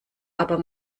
aber